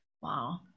Wow